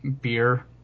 beer